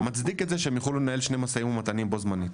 מצדיק את זה שיוכלו לנהל שני משאים ומתנים בו-זמנית.